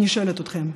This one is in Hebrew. אני שואלת אתכם.